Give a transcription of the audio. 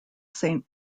saint